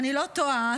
אם אני לא טועה,